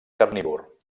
carnívor